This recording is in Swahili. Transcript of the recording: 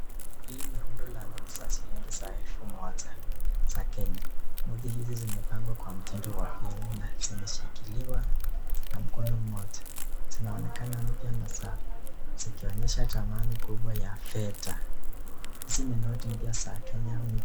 Hili ni rundo la noti za shilingi za elfu moja za Kenya. Noti hizi zimepangwa kwa mtindo wa na zimeshikiliwa na mkono mmoja. Zinaonekana mpya na zikionyesha chapa cha thamani kubwa ya fedha. Hizi ni noti mpya za Kenya